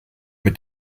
mit